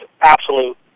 absolute